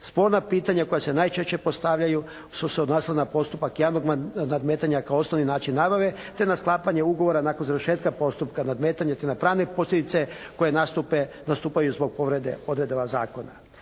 Sporna pitanja koja se najčešće postavljaju su se odnosila na postupak javnog nadmetanja kao osnovni način nabave te na sklapanje ugovora nakon završetka postupka nadmetanja te na pravne posljedice koje nastupaju zbog povrede odredaba zakona.